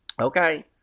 Okay